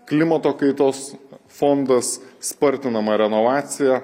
klimato kaitos fondas spartinama renovacija